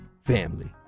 Family